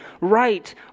right